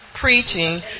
preaching